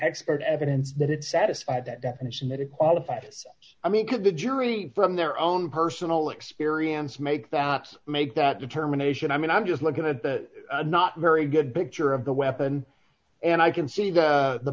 expert evidence that it satisfied that definition that it qualified i mean could the jury from their own personal experience make that make that determination i mean i'm just looking at the not very good picture of the weapon and i can see the